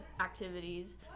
activities